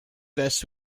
this